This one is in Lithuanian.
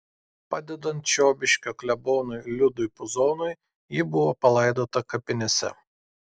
padedant čiobiškio klebonui liudui puzonui ji buvo palaidota kapinėse